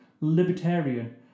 libertarian